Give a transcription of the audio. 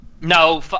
No